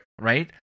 Right